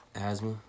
asthma